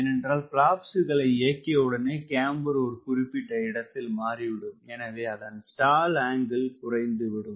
ஏனென்றால் பிளாப்ஸ்களை இயக்கியவுடனே கேம்பர் ஒரு குறிப்பிட்ட இடத்தில் மாறிவிடும் எனவே அதன் ஸ்டால் ஆங்கிள் குறைந்துவிடும்